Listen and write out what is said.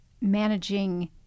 managing